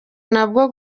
nabwo